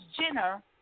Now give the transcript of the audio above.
Jenner